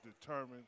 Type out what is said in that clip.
determined